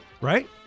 Right